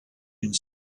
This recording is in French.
une